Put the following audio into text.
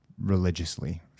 religiously